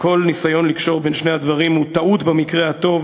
וכל ניסיון לקשור בין שני הדברים הוא טעות במקרה הטוב